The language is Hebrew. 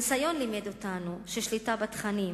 הניסיון לימד אותנו ששליטה בתכנים,